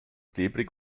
klebrig